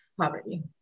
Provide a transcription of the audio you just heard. poverty